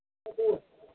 ꯑꯥ